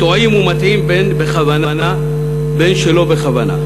טועים ומטעים, בין בכוונה בין שלא בכוונה.